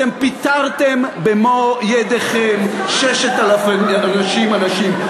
אתם פיטרתם במו-ידיכם 6,000 אנשים ונשים,